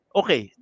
okay